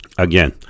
Again